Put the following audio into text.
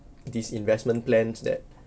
this investment plans that